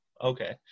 okay